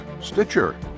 Stitcher